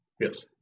Yes